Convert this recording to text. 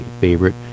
favorite